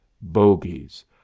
bogies